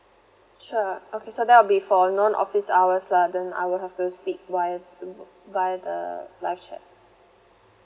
sure okay so that'll be for non office hours lah then I will have to speak via via the live chat